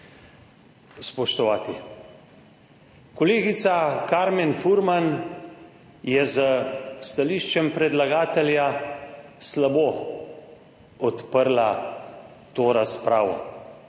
spoštovati. Kolegica Karmen Furman je s stališčem predlagatelja slabo odprla to razpravo.